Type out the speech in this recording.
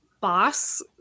boss